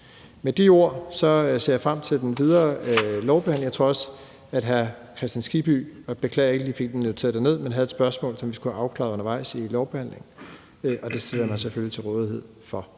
Med de ord ser jeg frem til den videre lovbehandling. Jeg tror også, at hr. Hans Kristian Skibby – og jeg beklager, at jeg ikke lige fik det noteret ned – havde et spørgsmål, som vi skulle have afklaret undervejs i lovbehandlingen, og det stiller jeg mig selvfølgelig til rådighed for.